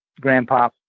Grandpa